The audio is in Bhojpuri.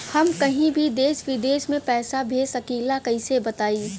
हम कहीं भी देश विदेश में पैसा भेज सकीला कईसे बताई?